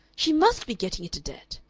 she must be getting into debt.